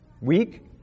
weak